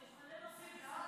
ועדת הכספים עמוסה.